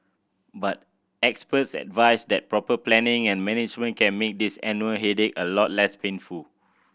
but experts advise that proper planning and management can make this annual headache a lot less painful